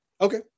Okay